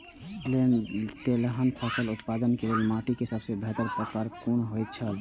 तेलहन फसल उत्पादन के लेल माटी के सबसे बेहतर प्रकार कुन होएत छल?